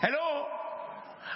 Hello